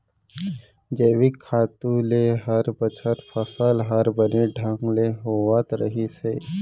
जैविक खातू ले हर बछर फसल हर बने ढंग ले होवत रहिस हे